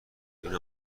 بینه